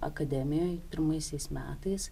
akademijoj pirmaisiais metais